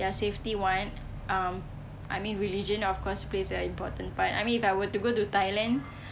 ya safety one um I mean religion of course plays an important part I mean if I were to go to thailand